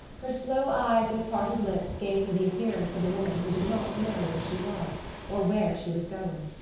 her slow eyes and parted lips gave her the appearance of a woman who did not know where she was or where she was going.